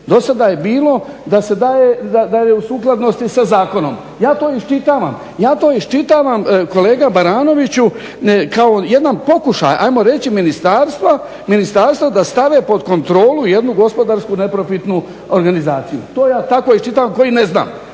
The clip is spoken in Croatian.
dosada je bilo da se daje da je u sukladnosti sa zakonom. Ja to iščitavam kolega Baranoviću kao jedan pokušaj ajmo reći ministarstva da stave pod kontrolu jednu gospodarsku neprofitnu organizaciju. To ja tako iščitavam koji ne znam